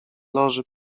loży